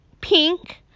pink